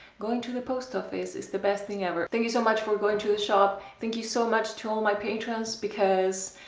going to the post office is the best thing ever thank you so much for going to the shop thank you so much to all my patrons because,